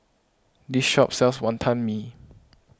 this shop sells Wonton Mee